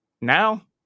Now